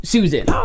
Susan